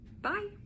Bye